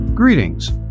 Greetings